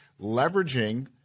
leveraging